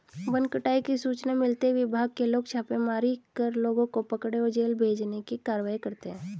one कटाई की सूचना मिलते ही विभाग के लोग छापेमारी कर लोगों को पकड़े और जेल भेजने की कारवाई करते है